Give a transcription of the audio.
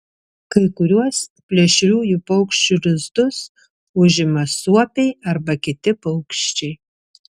kai kuriuos plėšriųjų paukščių lizdus užima suopiai arba kiti paukščiai